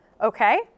okay